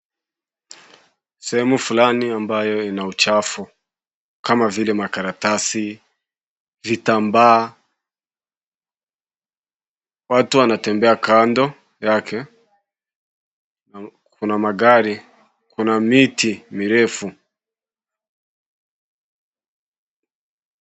Sehemu fulani ambayo ina uchafu kama vile makaratasi, vitambaa. Watu wanatembea kando yake, na kuna magari. Kuna miti mirefu.